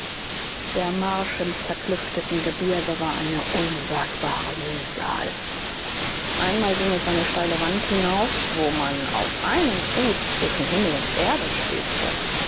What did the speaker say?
der maisch im zerklüfteten gebirge war eine unsagbare mühsal einmal ging es eine steile wand hinauf wo man auf einem fuß zwischen himmel und erde schwebte